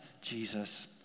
Jesus